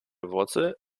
wurzel